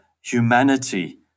humanity